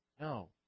No